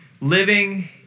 living